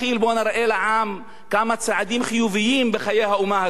בוא נראה לעם כמה צעדים חיוביים בחיי האומה הזאת.